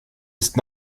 ist